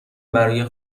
برای